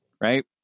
right